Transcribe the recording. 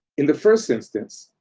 in the first instance,